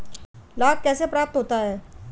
लाख कैसे प्राप्त होता है?